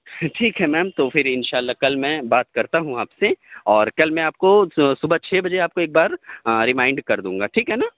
ٹھیک ہے میم تو فر ان شاء اللہ کل میں بات کرتا ہوں آپ سے اور کل میں آپ کو صبح چھ بجے آپ کو ایک بار ریمائنڈ کر دوں گا ٹھیک ہے نا